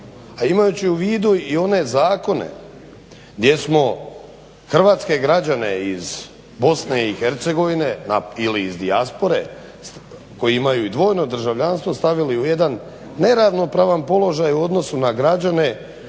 a imajući u vidu i one zakone gdje smo hrvatske građane iz BIH ili iz dijaspore koji imaju i dvojno državljanstvo stavili u jedan neravnopravan položaj u odnosu na građane